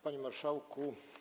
Panie Marszałku!